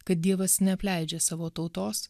kad dievas neapleidžia savo tautos